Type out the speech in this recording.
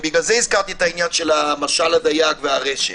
בגלל זה הזכרתי את משל הדייג והרשת,